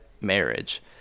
marriage